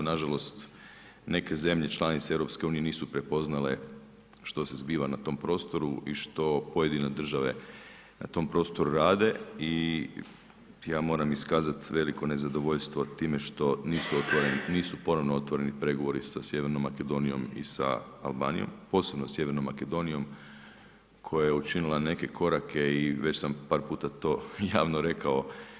Nažalost, neke zemlje članice EU nisu prepoznale što se zbiva na tom prostoru i što pojedine države na tom prostoru rade i ja moram iskazati veliko nezadovoljstvo time što nisu ponovno otvoreni pregovori sa Sjevernom Makedonijom i Albanijom, posebno sa Sjevernom Makedonijom koja je učinila neke korake i već sam par puta to javno rekao.